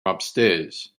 upstairs